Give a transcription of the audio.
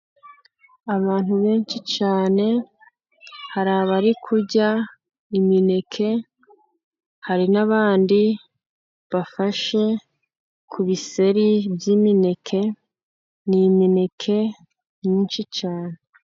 Abantu benshi cyane, hari abari kurya imineke, hari n'abandi bafashe ku biseri by'imineke, ni imineke myinshi cyane.